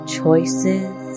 choices